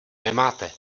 nemáte